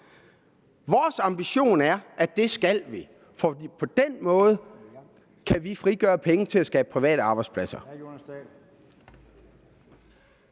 Vores ambition er, at det skal vi, for på den måde kan vi frigøre penge til at skabe private arbejdspladser.